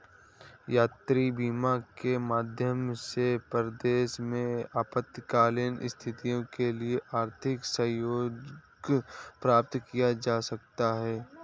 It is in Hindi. यात्री बीमा के माध्यम से परदेस में आपातकालीन स्थितियों के लिए आर्थिक सहयोग प्राप्त किया जा सकता है